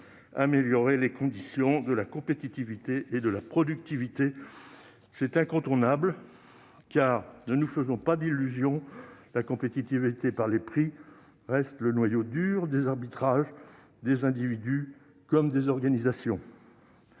améliorer les conditions de la compétitivité et de la productivité. C'est incontournable car, ne nous faisons pas d'illusion, la compétitivité par les prix reste le noyau dur des arbitrages, des individus comme des organisations.